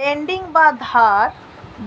lending বা ধার